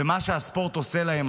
ומה שהספורט עושה להם,